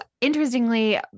interestingly